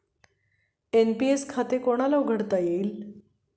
NPS खाते कोणाला उघडता येईल?